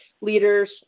leaders